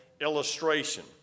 illustration